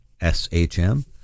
S-H-M